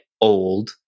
old